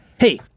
Hey